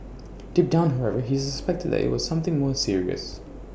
deep down however he suspected IT was something more serious